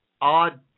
odd